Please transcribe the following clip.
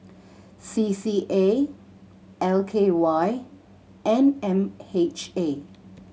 C C A L K Y and M H A